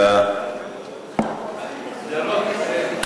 שדרות, הרווחה.